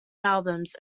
albums